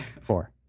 Four